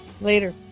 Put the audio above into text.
Later